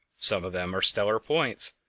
some of them are stellar points,